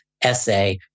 essay